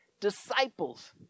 disciples